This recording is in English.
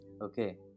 Okay